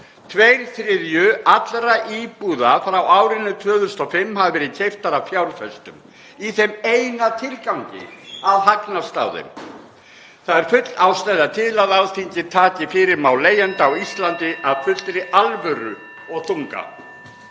Tveir þriðju allra íbúða frá árinu 2005 hafa verið keyptir af fjárfestum í þeim eina tilgangi að hagnast á þeim. Það er full ástæða til að Alþingi taki fyrir mál leigjenda á Íslandi af fullri alvöru og þunga.